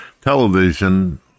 television